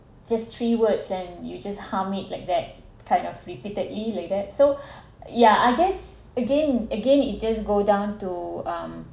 just three words and you just hum it like that kind of repeatedly like that so yeah I guess again again it just go down to um